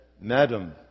Madam